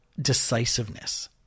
decisiveness